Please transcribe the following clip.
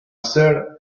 sir